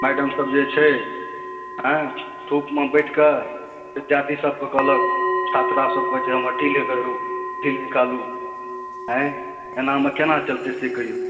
मैडमसब जे छै जे छै धूपमे बैठ कए विद्यार्थीसबकेँ कहलक छात्रासबकेँ कहलक जे हमर ढ़ील निकालू आएँ एनामे केना चलतै से कहियौ